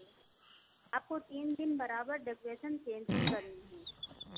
आपको तीन दिन बराबर डेकोरेशन चेंज़ ही करनी है